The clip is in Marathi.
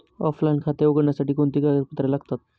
ऑफलाइन खाते उघडण्यासाठी कोणती कागदपत्रे लागतील?